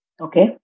Okay